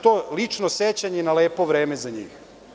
To je lično sećanje na lepo vreme za njih.